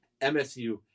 msu